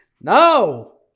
no